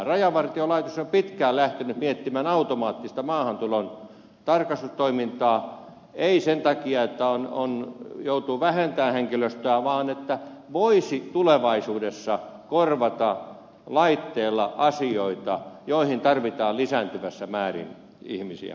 rajavartiolaitos on pitkään lähtenyt miettimään automaattista maahantulon tarkastustoimintaa ei sen takia että joutuu vähentämään henkilöstöä vaan että voisi tulevaisuudessa korvata laitteella asioita joihin tarvitaan lisääntyvässä määrin ihmisiä